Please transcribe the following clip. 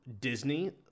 Disney